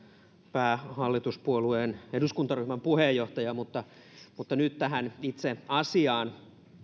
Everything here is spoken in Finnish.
päähallituspuolueen eduskuntaryhmän puheenjohtajaa mutta mutta nyt tähän itse asiaan